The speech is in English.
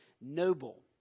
noble